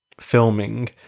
filming